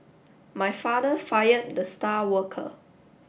my father fired the star worker